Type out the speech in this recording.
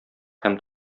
һәм